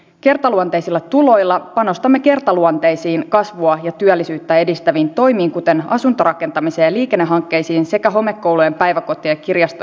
kertaluonteisilla tuloilla panostamme kertaluonteisiin kasvua ja työllisyyttä edistäviin toimiin kuten asuntorakentamiseen ja liikennehankkeisiin sekä homekoulujen päiväkotien ja kirjastojen korjauksiin